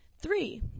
Three